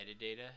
metadata